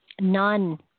None